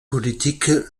politique